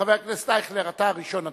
חבר הכנסת אייכלר, אתה ראשון הדוברים,